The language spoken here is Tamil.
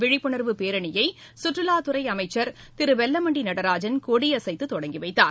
விழிப்புணர்வு பேரணியை சுற்றுலாத்துறை அமைச்சர் திரு வெல்லமண்டி நடராஜன் கொடியசைத்து தொடங்கி வைத்தார்